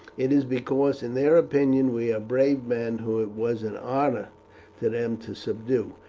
it is because, in their opinion, we are brave men, whom it was an honour to them to subdue,